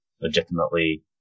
legitimately